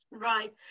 right